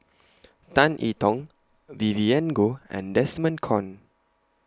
Tan I Tong Vivien Goh and Desmond Kon